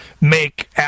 make